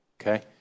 Okay